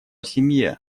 семье